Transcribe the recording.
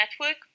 network